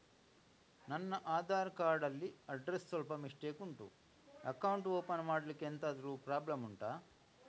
ನನ್ನ ಆಧಾರ್ ಕಾರ್ಡ್ ಅಲ್ಲಿ ಅಡ್ರೆಸ್ ಸ್ವಲ್ಪ ಮಿಸ್ಟೇಕ್ ಉಂಟು ಅಕೌಂಟ್ ಓಪನ್ ಮಾಡ್ಲಿಕ್ಕೆ ಎಂತಾದ್ರು ಪ್ರಾಬ್ಲಮ್ ಉಂಟಾ